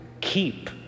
keep